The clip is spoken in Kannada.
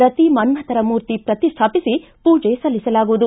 ರತಿ ಮನ್ನಥರ ಮೂರ್ತಿ ಪ್ರತಿಷ್ಠಾಪಿಸಿ ಪೂಜೆ ಸಲ್ಲಿಸಲಾಗುವುದು